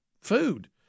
food